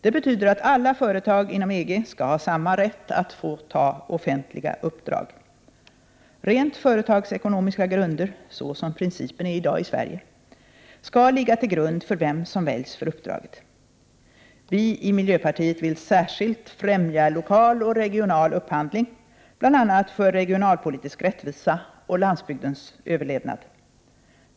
Det betyder att alla företag inom EG skall ha samma rätt att få offentliga uppdrag. Rent företagsekonomiska grunder — såsom principen är i dag i Sverige — skall ligga till grund för vem som väljs för uppdraget. Vi i miljöpartiet vill särskilt främja lokal och regional upphandling, bl.a. för regionalpolitisk rättvisa och för landsbygdens överlevnad.